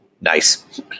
Nice